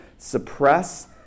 suppress